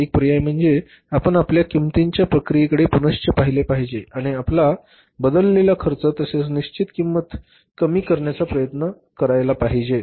एक पर्याय म्हणजे आपण आपल्या किंमतीच्या प्रक्रियेकडे पुनश्य पहिले पाहिजे आणि आपला बदललेला खर्च तसेच निश्चित किंमत कमी करायचा प्रयत्न करायला पाहिजे